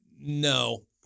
no